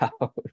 out